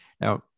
Now